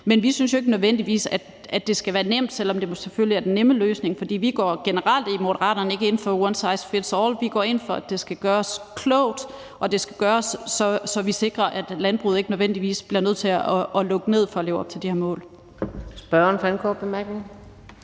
Men vi synes jo ikke nødvendigvis, at det skal være nemt, selv om det selvfølgelig er den nemme løsning, for vi går generelt i Moderaterne ikke ind for one size fits all. Vi går ind for, at det skal gøres klogt, og det skal gøres, så vi sikrer, at landbruget ikke nødvendigvis bliver nødt til at lukke ned for at leve op til de her mål.